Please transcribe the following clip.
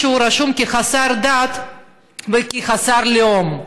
שהוא רשום כחסר דת וכחסר לאום,